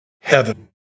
heaven